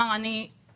אמר: אני איחנק,